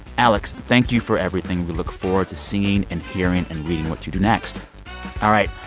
alex, thank you for everything. we look forward to seeing and hearing and reading what you do next all right.